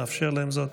נאפשר להם זאת.